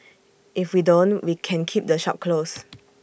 if we don't we can keep the shop closed